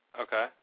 Okay